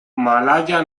malaya